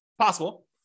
possible